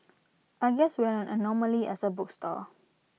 I guess we're an anomaly as A bookstore